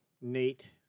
Nate